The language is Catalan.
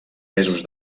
mesos